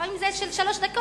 לפעמים זה של שלוש דקות,